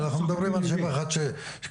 אנחנו מדברים על 716 כרגע,